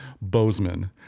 Bozeman